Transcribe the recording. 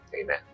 Amen